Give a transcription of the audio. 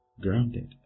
Grounded